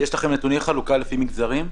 האם יש לכם נתוני חלוקה לפי מגזרים?